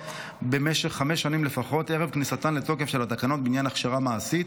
במשך חמש שנים לפחות ערב כניסתן לתוקף של התקנות בעניין הכשרה מעשית,